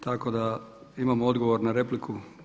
Tako da imamo odgovor na repliku.